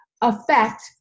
affect